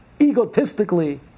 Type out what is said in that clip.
egotistically